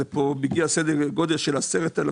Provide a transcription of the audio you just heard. מגיע סדר גודל של 10,000,